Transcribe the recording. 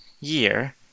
year